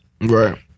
Right